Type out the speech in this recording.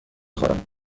خورد